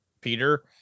Peter